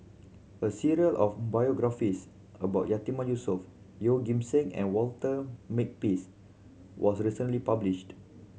a series of biographies about Yatiman Yusof Yeoh Ghim Seng and Walter Makepeace was recently published